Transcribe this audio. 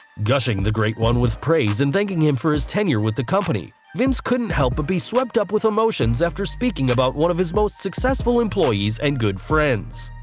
gushing the great one with praise and thanking him for his tenure with the company, vince couldn't help but be swept up with emotions after speaking about one of his most successful employees and good friends.